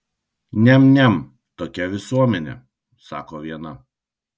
niam niam tokia visuomenė sako viena